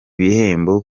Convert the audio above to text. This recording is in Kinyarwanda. bihembo